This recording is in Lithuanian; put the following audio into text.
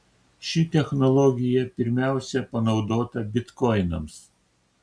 ši technologija pirmiausia panaudota bitkoinams